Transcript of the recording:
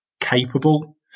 capable